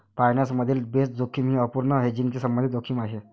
finance मधील base जोखीम ही अपूर्ण हेजिंगशी संबंधित जोखीम आहे